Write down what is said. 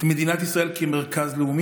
מדינת ישראל כמרכז לאומי.